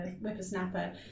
whippersnapper